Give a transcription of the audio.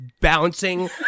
bouncing